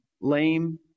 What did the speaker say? lame